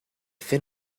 fin